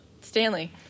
Stanley